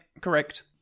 correct